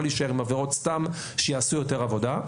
להישאר עם עבירות סתם שיעשו יותר עבודה.